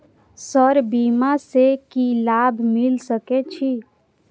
Sir बीमा से की लाभ मिल सके छी?